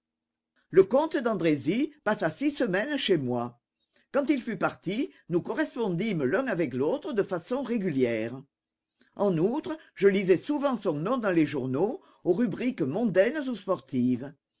le comte d'andrésy passa six semaines chez moi quand il fut parti nous correspondîmes l'un avec l'autre de façon régulière en outre je lisais souvent son nom dans les journaux aux rubriques mondaines ou sportives